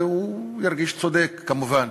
והוא ירגיש צודק כמובן.